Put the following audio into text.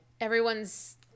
Everyone's